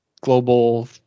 global